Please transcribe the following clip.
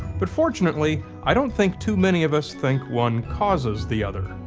but fortunately, i don't think too many of us think one causes the other.